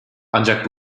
ancak